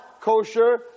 kosher